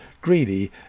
greedy